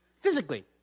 Physically